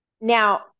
Now